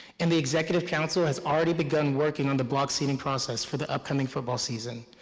and the executive council has already begun working on the block seating process for the upcoming football season,